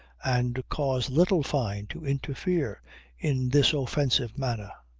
and caused little fyne to interfere in this offensive manner?